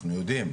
אנחנו יודעים,